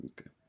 Okay